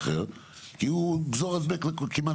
אני לא אתן לך כי מקודם